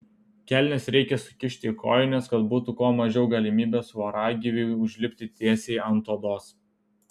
kelnes reikia sukišti į kojines kad būtų kuo mažiau galimybės voragyviui užlipti tiesiai ant odos